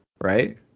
right